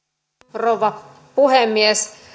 rouva puhemies